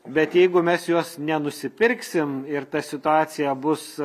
bet jeigu mes jos nenusipirksim ir ta situacija bus